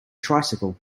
tricycle